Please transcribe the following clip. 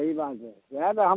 सही बात हइ किए तऽ हम